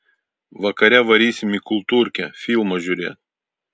vakare varysim į kultūrkę filmo žiūrėt